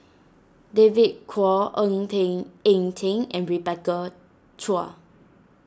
David Kwo Ng Teng Eng Teng and Rebecca Chua